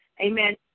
Amen